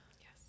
Yes